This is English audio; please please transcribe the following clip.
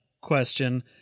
question